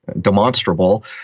demonstrable